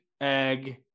egg